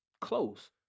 close